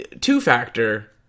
two-factor